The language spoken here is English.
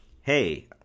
Hey